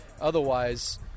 Otherwise